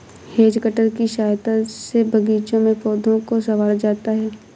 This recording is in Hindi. हैज कटर की सहायता से बागीचों में पौधों को सँवारा जाता है